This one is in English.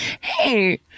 Hey